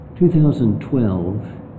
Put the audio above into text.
2012